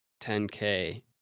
10K